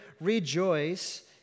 rejoice